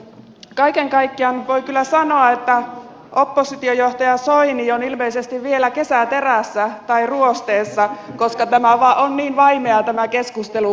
kaiken kaikkiaan voi kyllä sanoa että oppositiojohtaja soini on ilmeisesti vielä kesäterässä tai ruosteessa koska on niin vaimea tämä keskustelu täällä tänään